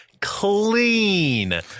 clean